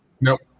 Nope